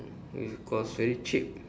it cost very cheap